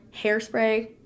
Hairspray